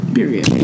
Period